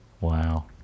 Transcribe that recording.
Wow